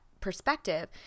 perspective